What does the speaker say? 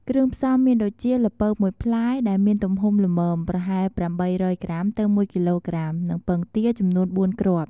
គ្រឿងផ្សំមានដូចជា ល្ពៅ ១ ផ្លែ ដែលមានទំហំល្មម ប្រហែល ៨០០ ក្រាម ទៅ ១ គីឡូក្រាម និងពងទា ចំនួន៤គ្រាប់។